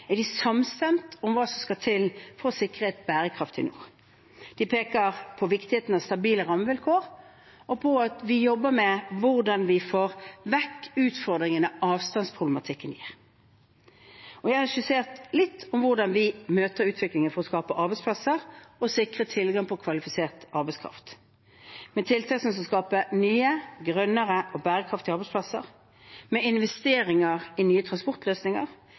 er de samstemte om hva som skal til for å sikre et bærekraftig nord. De peker på viktigheten av stabile rammevilkår og på at vi jobber med hvordan vi får vekk utfordringene avstandsproblematikken gir. Jeg har skissert litt om hvordan vi møter utviklingen for å skape arbeidsplasser og sikre tilgang på kvalifisert arbeidskraft: med tiltak som skal skape nye, grønnere og bærekraftige arbeidsplasser, med investeringer i nye transportløsninger,